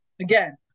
again